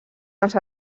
els